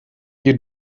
you